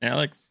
Alex